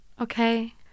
okay